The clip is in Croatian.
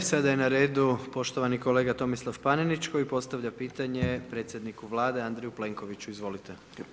Sada je na redu poštovani kolega Tomislav Panenić, koji postavljala pitanje predsjedniku Vlade, Andreju Plenkoviću, izvolite.